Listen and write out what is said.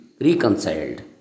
reconciled